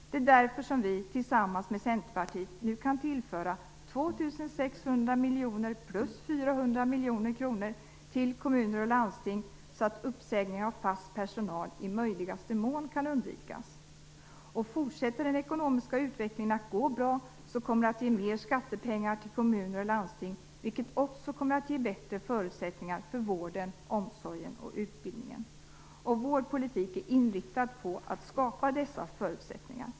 Det är därför som vi tillsammans med Centerpartiet nu kan tillföra 2 600 miljoner kronor plus 400 miljoner kronor till kommuner och landsting, så att uppsägningar av fast personal i möjligaste mån kan undvikas. Fortsätter den ekonomiska utvecklingen att gå bra, kommer det att ge mer skattepengar till kommuner och landsting, vilket också kommer att ge bättre förutsättningar för vården, omsorgen och utbildningen. Vår politik är inriktad på att skapa dessa förutsättningar.